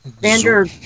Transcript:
Vander